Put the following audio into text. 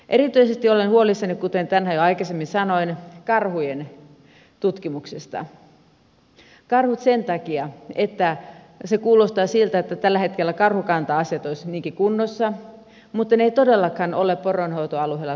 erityisesti olen huolissani kuten tänään jo aikaisemmin sanoin karhujen tutkimuksesta karhujen sen takia että kuulostaa siltä että tällä hetkellä karhukanta asiat olisivat hyvinkin kunnossa mutta ne eivät todellakaan ole poronhoitoalueella kunnossa